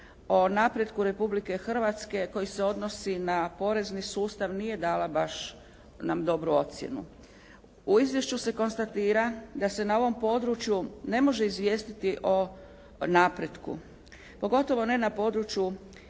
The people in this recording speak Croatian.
o napretku Republike Hrvatske koji se odnosi na porezni sustav nije dala baš nam dobru ocjenu. U izvješću se konstatira da se na ovom području ne može izvijestiti o napretku, pogotovo ne na području